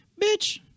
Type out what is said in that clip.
Bitch